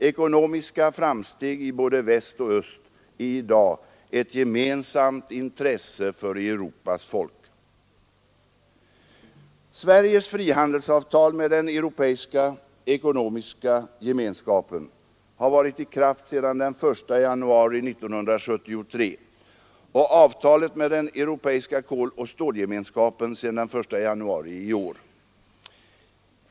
Ekonomiska framsteg i både väst och öst är i dag ett gemensamt intresse för Europas folk. Sveriges frihandelsavtal med den europeiska ekonomiska gemenskapen har varit i kraft sedan den 1 januari 1973 och avtalet med den europeiska koloch stålgemenskapen sedan den 1 januari i år.